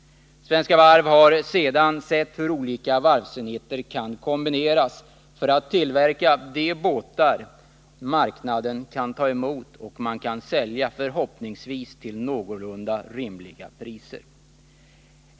Svenska Varv har sedan sett hur olika varvsenheter kan kombineras för tillverkning av de båtar som marknaden kan ta emot och som man förhoppningsvis kan sälja till någorlunda rimliga priser.